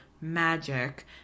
magic